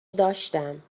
داشتم